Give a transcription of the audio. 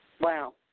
Wow